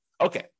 Okay